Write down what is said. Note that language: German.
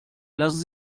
lassen